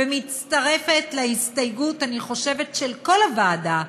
ומצטרפת ל, אני חושבת ששל כל הוועדה,